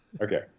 Okay